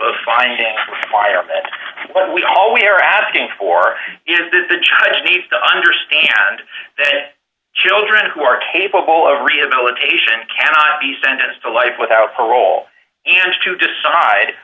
what we all we are asking for is that the child needs to understand that children who are capable of rehabilitation cannot be sentenced to life without parole and to decide